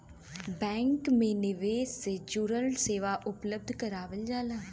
bank में निवेश से जुड़ल सेवा उपलब्ध करावल जाला